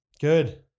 Good